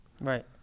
Right